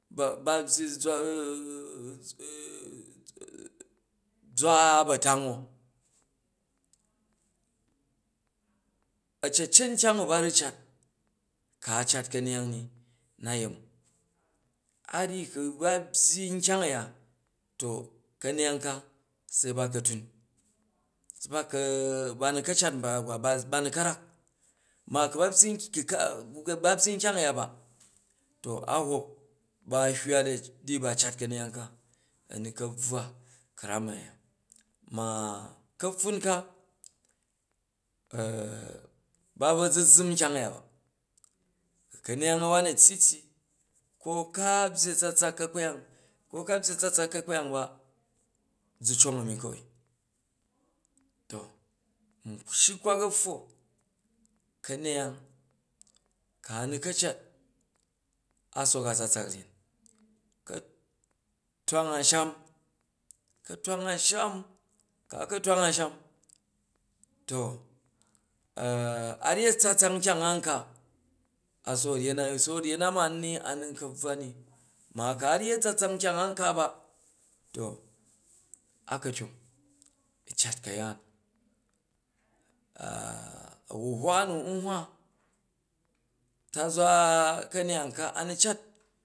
Ba byyi zwa ba̱tang o? A̱cecet nkyang u ba ru cat ku a cagt ka̱neyang ni u̱ na yemi, a ryyi ku ba byyi nkyang a̱ya ka̱neyang ka se ba kafun, ba nu ka cat brak ba, ba nu ka rak, ma ku nba byyi nkyang a̱ya ba to ahok ba hywa di ba cat ka̱neyang a̱ nu ka bvwa ka̱ram a̱ya, ma ka̱pffun ka, ba bvo zuzzum nkyang a̱ya ba ku ka̱neyang a̱wa na tyi tyi ka ka byyi a̱tsatsak ka̱kpyang ko ka byyi a̱tsatsak ka̱kpyang ba zu cong a̱mi kawai. to n shyi u̱ kwak a̱pffo, kaneyang ka na̱ ka cat a sook a tsatzak ryen, ka twang a̱nsham, ka twang amsham ka a ka̱ twang amsham to a ryyi a̱tsatsak nkyang an ka a sook ryen na a nu nka bvwa ni, ma ka ryyi a̱tsatsak kyang an ka ba to a ka tyong u cat ka̱yaan a̱huhwa nu nhwa tazwa ka̱neyang ka a nu cat.